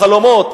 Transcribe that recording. בחלומות.